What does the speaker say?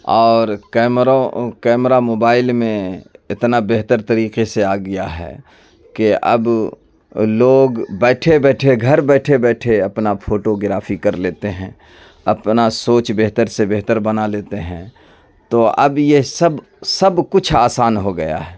اور کیمروں camera mobile میں اتنا بہتر طریقے سے آ گیا ہے کہ اب لوگ بیٹھے بیٹھے گھر بیٹھے بیٹھے اپنا فوٹوگرافی کر لیتے ہیں اپنا سوچ بہتر سے بہتر بنا لیتے ہیں تو اب یہ سب سب کچھ آسان ہو گیا ہے